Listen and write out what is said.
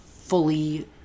fully